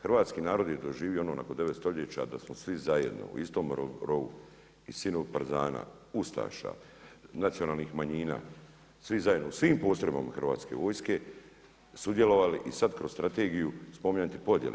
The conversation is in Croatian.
Hrvatski narod je doživio ono nakon 9. stoljeća da samo svi zajedno, u istom rovu, i sinu partizana, ustaša, nacionalnih manjina, svi zajedno, u svim postrojbama hrvatske vojske sudjelovali i sad kroz strategiju, spominjat podjele.